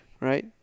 right